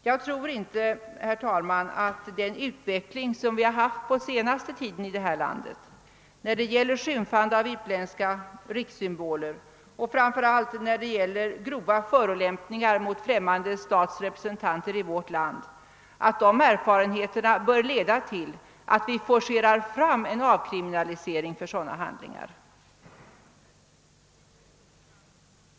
Jag anser inte att den utveckling som vi haft på senaste tiden i vårt land med skymfande av utländska rikssymboler och framför allt med grova förolämpningar mot främmande stats representanter bör föranleda oss att forcera fram en avkriminalisering av sådana handlingar.